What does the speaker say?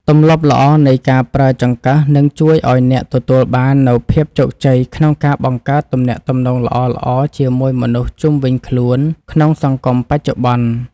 ទម្លាប់ល្អនៃការប្រើចង្កឹះនឹងជួយឱ្យអ្នកទទួលបាននូវភាពជោគជ័យក្នុងការបង្កើតទំនាក់ទំនងល្អៗជាមួយមនុស្សជុំវិញខ្លួនក្នុងសង្គមបច្ចុប្បន្ន។